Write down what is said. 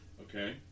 Okay